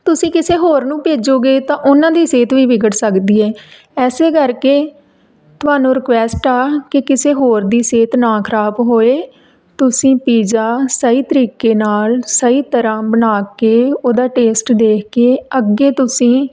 ਤੁਸੀਂ ਕਿਸੇ ਹੋਰ ਨੂੰ ਭੇਜੋਗੇ ਤਾਂ ਉਹਨਾਂ ਦੀ ਸਿਹਤ ਵੀ ਵਿਗੜ ਸਕਦੀ ਹੈ ਇਸ ਕਰਕੇ ਤੁਹਾਨੂੰ ਰਿਕੁਐਸਟ ਆ ਕਿ ਕਿਸੇ ਹੋਰ ਦੀ ਸਿਹਤ ਨਾ ਖਰਾਬ ਹੋਵੇ ਤੁਸੀਂ ਪੀਜ਼ਾ ਸਹੀ ਤਰੀਕੇ ਨਾਲ ਸਹੀ ਤਰ੍ਹਾਂ ਬਣਾ ਕੇ ਉਹਦਾ ਟੇਸਟ ਦੇਖ ਕੇ ਅੱਗੇ ਤੁਸੀਂ